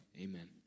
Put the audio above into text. amen